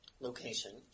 Location